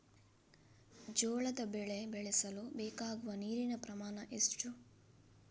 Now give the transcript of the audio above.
ಜೋಳದ ಬೆಳೆ ಬೆಳೆಸಲು ಬೇಕಾಗುವ ನೀರಿನ ಪ್ರಮಾಣ ಎಷ್ಟು?